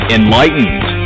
enlightened